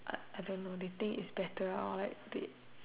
I I don't know they think is better or they